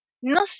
No